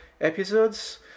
episodes